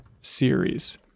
series